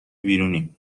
بیرونیم